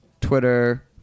Twitter